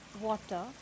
water